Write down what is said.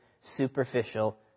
superficial